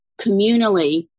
communally